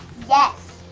yes,